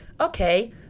okay